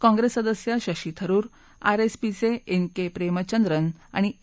काँप्रेस सदस्य शशी थरूर आरएसपी चे N K Premachandran आणि ए